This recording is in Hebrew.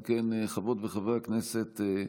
אם כן, חברות וחברי הכנסת,